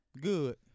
Good